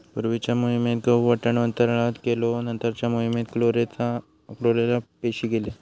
पूर्वीच्या मोहिमेत गहु, वाटाणो अंतराळात गेलो नंतरच्या मोहिमेत क्लोरेला पेशी गेले